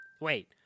Wait